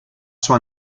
sua